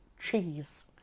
cheese